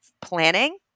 planning